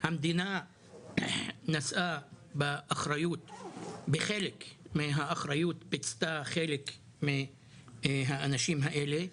המדינה נשאה בחלק מהאחריות ופיצתה חלק מהאנשים האלה.